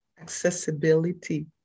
Accessibility